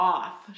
off